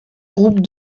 groupes